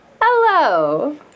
Hello